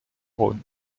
rhône